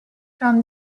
from